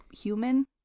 human